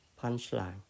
punchline